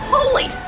Holy